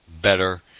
better